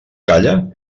calla